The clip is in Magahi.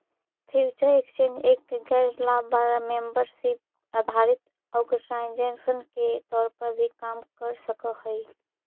फ्यूचर एक्सचेंज एक गैर लाभ वाला मेंबरशिप आधारित ऑर्गेनाइजेशन के तौर पर भी काम कर सकऽ हइ